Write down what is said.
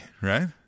right